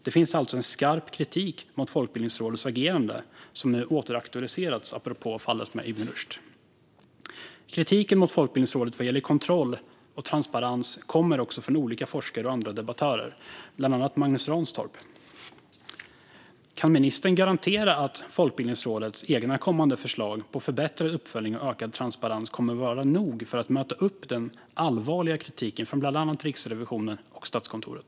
Det finns alltså en skarp kritik mot Folkbildningsrådets agerande, som nu åter aktualiserats i fallet med Ibn Rushd. Kritiken mot Folkbildningsrådet vad gäller kontroll och transparens kommer också från olika forskare och debattörer, bland andra Magnus Ranstorp. Kan ministern garantera att Folkbildningsrådets egna kommande förslag på förbättrad uppföljning och ökad transparens kommer att vara nog för att möta upp den allvarliga kritiken från bland andra Riksrevisionen och Statskontoret?